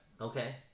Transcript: Okay